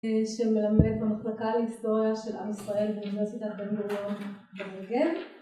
שמלמד במחלקה להיסטוריה של עם ישראל באוניברסיטת בן גוריון בנגב